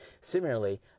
Similarly